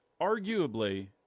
arguably